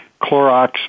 Clorox